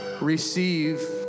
receive